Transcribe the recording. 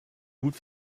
gut